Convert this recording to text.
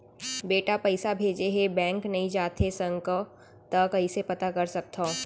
बेटा पइसा भेजे हे, बैंक नई जाथे सकंव त कइसे पता कर सकथव?